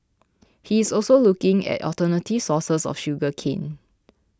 he is also looking at alternative sources of sugar cane